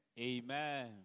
Amen